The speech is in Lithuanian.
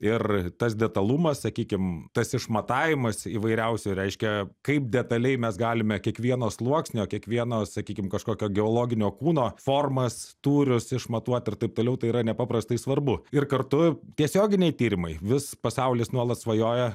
ir tas detalumas sakykim tas išmatavimas įvairiausi reiškia kaip detaliai mes galime kiekvieno sluoksnio kiekvieno sakykim kažkokio geologinio kūno formas tūrius išmatuot ir taip toliau tai yra nepaprastai svarbu ir kartu tiesioginiai tyrimai vis pasaulis nuolat svajoja